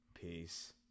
Peace